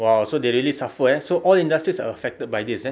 !wow! so they really suffer eh so all industry are affected by this eh